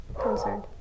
concerned